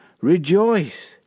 Rejoice